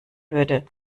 würde